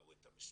ראו את המספרים,